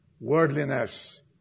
Worldliness